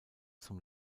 zum